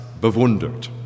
bewundert